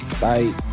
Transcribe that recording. Bye